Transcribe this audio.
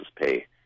pay